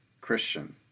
Christian